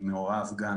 מעורב גם